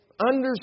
understand